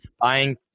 buying